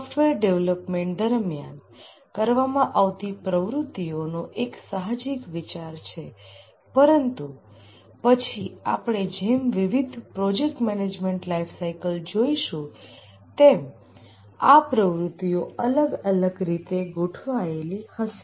software development દરમિયાન કરવામાં આવતી પ્રવૃત્તિઓનો એક સાહજિક વિચાર છે પરંતુ પછી આપણે જેમ વિવિધ પ્રોજેક્ટ મેનેજમેન્ટ લાઈફસાઈકલ જોઈશું તેમ આ પ્રવૃત્તિઓ અલગ અલગ રીતે ગોઠવાયેલી હશે